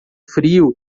frio